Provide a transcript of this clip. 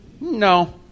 No